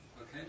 Okay